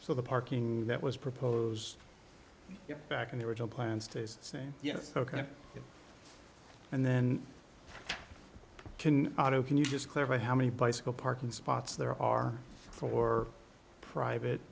so the parking that was proposed back in the original plan states say yes ok and then you can auto can you just clarify how many bicycle parking spots there are for private